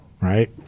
right